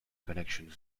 connection